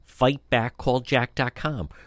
fightbackcalljack.com